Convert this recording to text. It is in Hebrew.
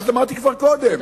ואז אמרתי קודם,